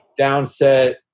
Downset